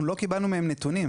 אנחנו לא קיבלנו מהם נתונים.